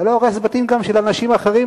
אתה לא הורס גם בתים של אנשים אחרים,